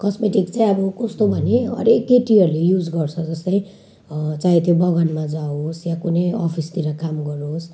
cosmetic चाहिँ अब कस्तो भने हरेक केटीहरूले युज गर्छ जस्तै चाहे त्यो बगानमा जाओस् या कुनै अफिसतिर काम गरोस्